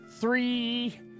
Three